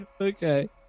okay